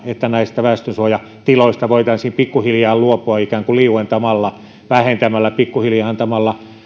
että näistä väestönsuojatiloista voitaisiin pikkuhiljaa luopua ikään kuin liuentamalla vähentämällä pikkuhiljaa antamalla